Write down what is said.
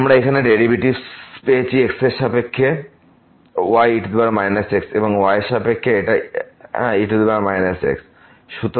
আমরা এখানে ডেরাইভেটিভস পেয়েছি x এর সাপেক্ষে y e x এবং y এর সাপেক্ষে এটা e x